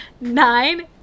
nine